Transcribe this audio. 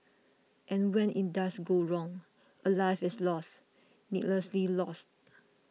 and when it does go wrong a life is lost needlessly lost